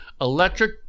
Electric